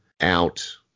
out